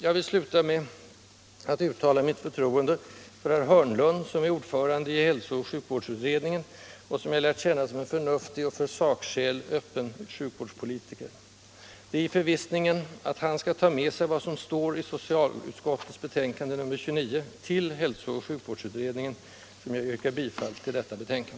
Jag vill sluta med att uttala mitt förtroende för herr Hörnlund, som är ordförande i hälsooch sjukvårdsutredningen och som jag lärt känna som en förnuftig och för sakskäl öppen sjukvårdspolitiker. Det är i förvissningen att han skall ta med sig vad som står i socialutskottets betänkande nr 29 till hälsooch sjukvårdsutredningen som jag nu yrkar bifall till utskottets hemställan.